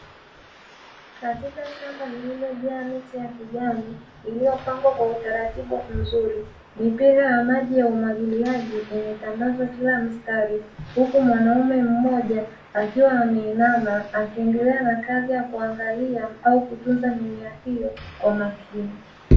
Katika shamba lililojaa miti ya kijani iliyopangwa kwa utaratibu mzuri, mipira ma maji ya umwagiliaji imetandazwa kwa kila mstari. Huku mwanaume mmoja akiwa ameinama akiendelea kuangalia au kutunza mimea hiyo kwa makini.